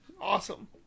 Awesome